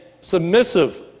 submissive